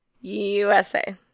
USA